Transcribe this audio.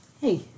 hey